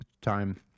time